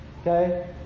okay